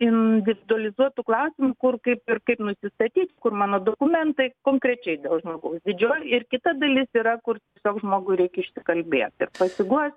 individualizuotų klausimų kur kaip ir kaip nusistatyti kur mano dokumentai konkrečiai dėl žmogaus didžioji ir kita dalis yra kur tiesiog žmogui reikia išsikalbėt ir pasiguost